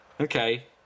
Okay